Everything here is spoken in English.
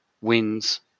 wins